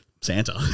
Santa